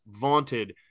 vaunted